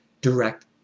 direct